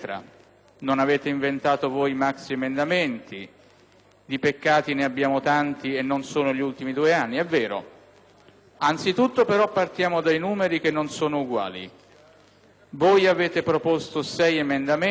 Di peccati ne abbiamo tanti e non solo negli ultimi due anni, è vero. Ma partiamo anzitutto dai numeri, che non sono uguali: voi avete proposto sei maxiemendamenti, con una media di 0,7 al mese;